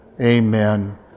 Amen